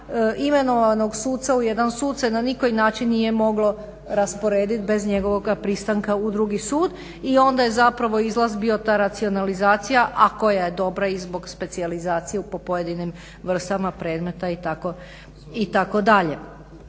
imenovanog suca u jedan sud se na nikoji način nije moglo rasporediti bez njegova pristanka u drugi sud i onda je zapravo izlaz bio ta racionalizacija a koja je dobra i zbog specijalizacije po pojedinim vrstama predmeta itd.